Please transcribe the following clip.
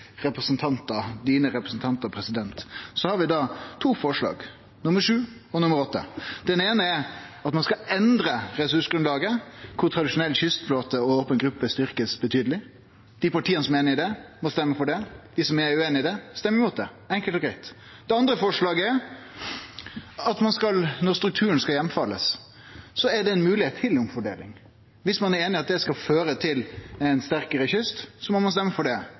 representantar, president, legg vi da forslaga nr. 7 og nr. 8. Det eine er at ein skal endre ressursgrunnlaget, der tradisjonell kystflåte og open gruppe blir betydeleg styrkte. Dei partia som er einige i det, må stemme for det, dei som er ueinige i det, stemmer imot det – enkelt og greitt. Det andre forslaget er at når strukturen skal heimfallast, er det ei moglegheit til omfordeling. Dersom ein er einig i at det skal føre til ein sterkare kyst, må ein stemme for det.